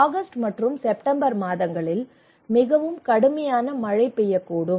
August மற்றும் September மாதங்களில் மிகவும் கடுமையான மழை பெய்யக்கூடும்